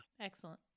Excellent